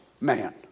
man